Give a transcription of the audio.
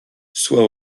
soit